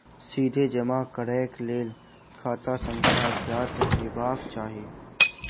सीधे जमा करैक लेल खाता संख्या ज्ञात हेबाक चाही